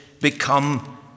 become